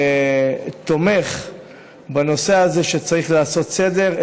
תומך בנושא הזה, שצריך לעשות סדר.